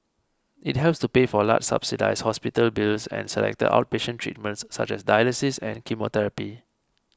it helps to pay for large subsidised hospital bills and selected outpatient treatments such as dialysis and chemotherapy